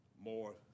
more